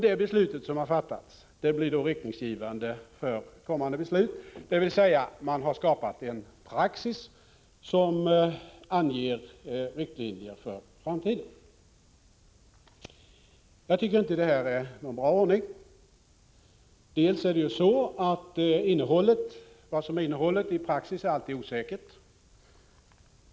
Det beslut som har fattats blir riktningsgivande för kommande beslut, dvs. man har skapat en praxis som anger riktlinjer för framtiden. Jag tycker inte att detta är någon bra ordning, eftersom innehållet i praxis alltid är osäkert.